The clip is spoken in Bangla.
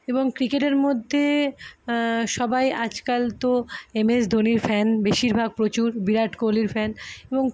এবং ক্রিকেটের মধ্যে সবাই আজকাল তো এমএস ধোনির ফ্যান বেশিরভাগ প্রচুর বিরাট কোহলির ফ্যান এবং